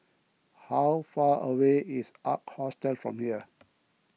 how far away is Ark Hostel from here